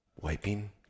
Wiping